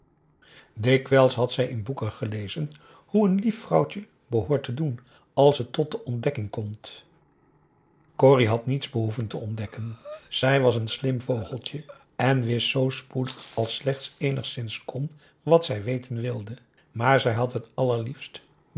dikwijls had zij in boeken gelezen hoe een lief vrouwtje behoort te doen als het tot de ontdekking komt corrie had niets behoeven te ontdekken zij was een slim vogeltje en wist zoo spoedig als slechts eenigszins kon wat zij weten wilde maar zij had het allerliefst